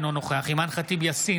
אינו נוכח אימאן ח'טיב יאסין,